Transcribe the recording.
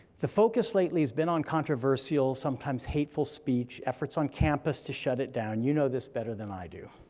the focus lately has been on controversial, sometimes hateful speech, efforts on campus to shut it down, you know this better than i do.